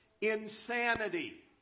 Insanity